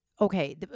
Okay